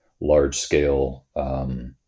large-scale